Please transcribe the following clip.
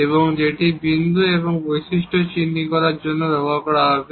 এবং যেটি বিন্দু বা বৈশিষ্ট্য চিহ্নিত করার জন্য ব্যবহার করা হবে